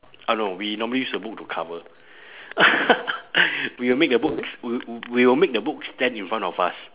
uh no we normally use a book to cover we will make the books w~ we will make the books stand in front of us